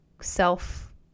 self